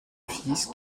fils